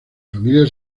familia